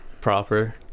proper